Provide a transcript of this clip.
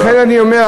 לכן אני אומר,